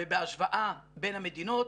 ובהשוואה בין המדינות